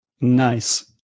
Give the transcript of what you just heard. Nice